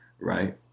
right